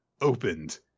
opened